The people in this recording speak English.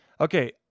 Okay